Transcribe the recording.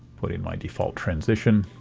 put in my default transition.